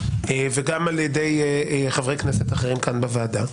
וגם על ידי חברי כנסת אחרים כאן בוועדה,